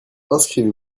inscrivez